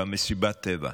במסיבת הטבע.